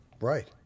Right